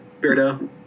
Beardo